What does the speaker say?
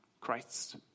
Christ